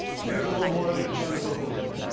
near the memorial to jennifer odom,